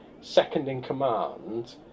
second-in-command